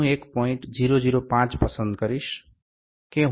005 પસંદ કરીશ કે હું તેને ઘસુ છું